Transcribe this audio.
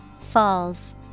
Falls